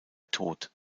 tot